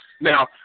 Now